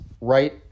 right